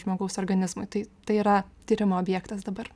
žmogaus organizmui tai tai yra tyrimo objektas dabar